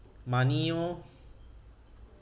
money lor